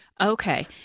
Okay